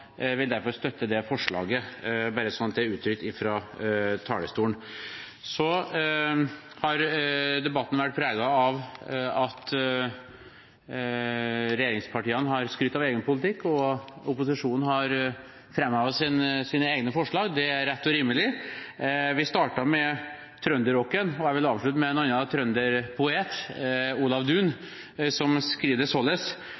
vil derfor støtte det forslaget, bare så det er uttrykt fra talerstolen. Så har debatten vært preget av at regjeringspartiene har skrytt av egen politikk og opposisjonen har fremmet sine egne forslag. Det er rett og rimelig. Vi startet med trønderrocken, og jeg vil avslutte med en annen trønderpoet, Olav Duun, som